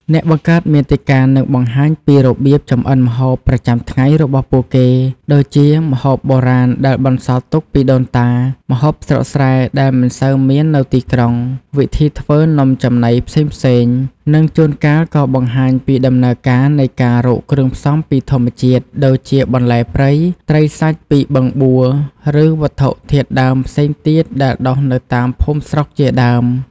អ្នកបង្កើតមាតិកានឹងបង្ហាញពី របៀបចម្អិនម្ហូបប្រចាំថ្ងៃរបស់ពួកគេ ដូចជា ម្ហូបបុរាណដែលបន្សល់ទុកពីដូនតា ម្ហូបស្រុកស្រែដែលមិនសូវមាននៅទីក្រុង វិធីធ្វើនំចំណីផ្សេងៗ និងជួនកាលក៏បង្ហាញពីដំណើរការនៃការរកគ្រឿងផ្សំពីធម្មជាតិ ដូចជាបន្លែព្រៃ ត្រីសាច់ពីបឹងបួ ឬវត្ថុធាតុដើមផ្សេងទៀតដែលដុះនៅតាមភូមិស្រុកជាដើម។